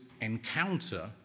encounter